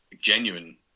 genuine